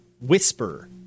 Whisper